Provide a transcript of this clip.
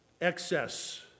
excess